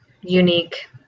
unique